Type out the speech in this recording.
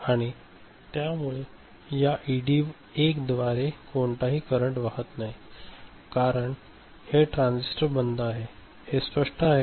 आणि त्या मुळे या ईडी 1 द्वारे कोणताही करंट वाहत नाही कारण हे ट्रांजिस्टर बंद आहे हे स्पष्ट आहे का